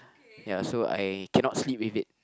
ya so I cannot sleep with it